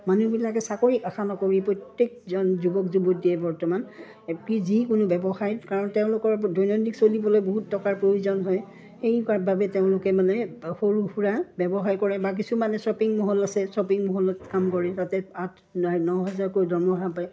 মানুহবিলাকে চাকৰি আশা নকৰি প্ৰত্যেকজন যুৱক যুৱতীয়ে বৰ্তমান কি যিকোনো ব্যৱসায় কাৰণ তেওঁলোকৰ দৈনন্দিন চলিবলৈ বহুত টকাৰ প্ৰয়োজন হয় সেইবাবে তেওঁলোকে মানে সৰু সুৰা ব্যৱসায় কৰে বা কিছুমানে শ্বপিং মল আছে শ্বপিং মলত কাম কৰে তাতে আঠ ন হাজাৰকৈ দৰমহা পায়